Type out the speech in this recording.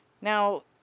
Now